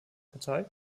partei